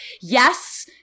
yes